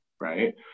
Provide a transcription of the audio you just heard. right